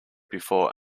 before